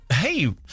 Hey